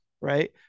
right